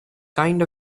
kind